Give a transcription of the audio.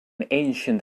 ancient